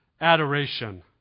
adoration